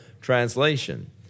translation